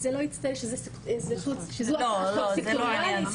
שלא יצטייר שזו הצעת חוק סקטוריאלית.